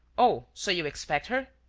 oh, so you expect her?